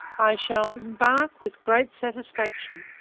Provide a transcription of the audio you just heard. i shall embark with great satisfaction,